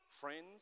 friends